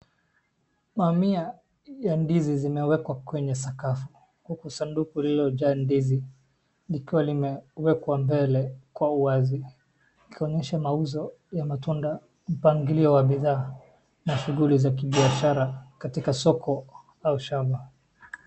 Mamia ya ndizi zimewekwa kwenye sakafu huku sanduku lililojaa ndizi likiwa limewekwa mbele kwa wazi ikionyesha mauzo ya matunda mpangilio wa bidhaa na shughuli za kibiashara katika soko au shamba.